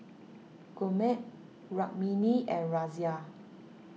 Gurmeet Rukmini and Razia